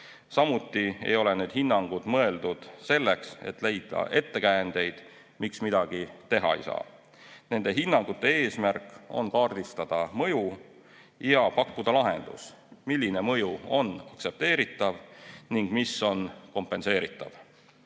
Samuti ei ole need hinnangud mõeldud selleks, et leida ettekäändeid, miks midagi teha ei saa. Nende hinnangute eesmärk on kaardistada mõju ja pakkuda lahendus, milline mõju on aktsepteeritav ning mis on kompenseeritav.